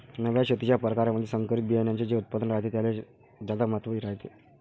नव्या शेतीच्या परकारामंधी संकरित बियान्याचे जे उत्पादन रायते त्याले ज्यादा महत्त्व रायते